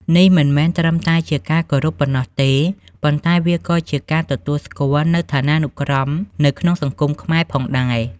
នេះមិនមែនត្រឹមតែជាការគោរពប៉ុណ្ណោះទេ ប៉ុន្តែវាក៏ជាការទទួលស្គាល់នូវឋានានុក្រមនៅក្នុងសង្គមខ្មែរផងដែរ។